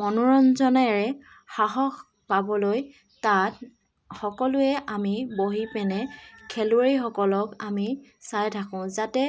মনোৰঞ্জনেৰে সাহস পাবলৈ তাত সকলোৱে আমি বহি পেনে খেলুৱৈসকলক আমি চাই থাকোঁ যাতে